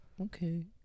Okay